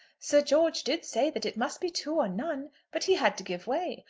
sir george did say that it must be two or none, but he had to give way.